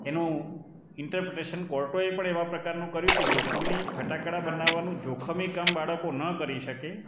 એનું ઇન્ટરપ્રેસન કોર્ટોએ પણ એવા પ્રકારનું કર્યું કે જોખમી ફટાકડા બનાવવાનું જોખમી કામ બાળકો ન કરી શકે